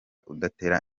udatera